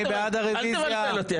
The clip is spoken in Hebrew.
אל תבלבל אותי.